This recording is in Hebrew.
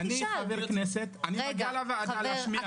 אני חבר כנסת, מגיע לוועדה להשמיע.